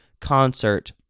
concert